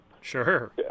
Sure